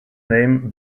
name